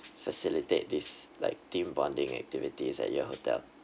facilitate this like team bonding activities at your hotel